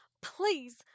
Please